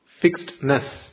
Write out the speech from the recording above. Fixedness